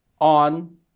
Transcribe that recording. on